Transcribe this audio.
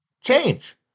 change